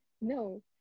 no